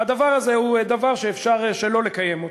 זה דבר שאפשר שלא לקיים אותו.